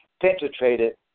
penetrated